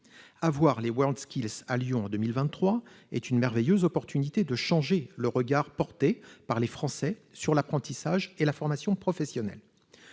les WorldSkills à Lyon en 2023 est une merveilleuse occasion de changer le regard porté par les Français sur l'apprentissage et la formation professionnelle.